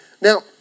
Now